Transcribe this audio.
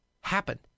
happen